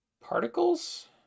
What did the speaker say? particles